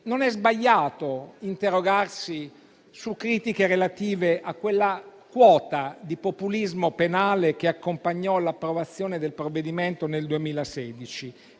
Non è sbagliato interrogarsi su critiche relative a quella quota di populismo penale che accompagnò l'approvazione del provvedimento nel 2016;